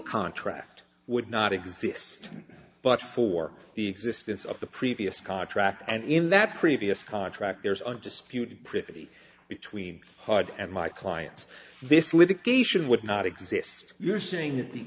contract would not exist but for the existence of the previous contract and in that previous contract there's undisputed privity between hard and my clients this litigation would not exist you're saying that